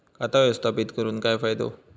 खाता व्यवस्थापित करून काय फायदो?